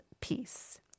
peace